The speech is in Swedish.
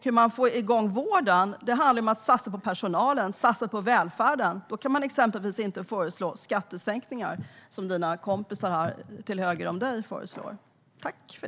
Hur man får igång vården handlar om att satsa på personalen och på välfärden. Då kan man exempelvis inte föreslå skattesänkningar, som Emma Henrikssons kompisar till höger om henne föreslår.